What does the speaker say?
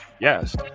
Yes